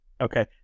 Okay